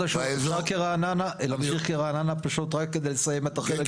ברשותך להמשיך את רעננה פשוט רק כדי לסיים את החלק הזה.